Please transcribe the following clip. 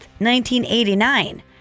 1989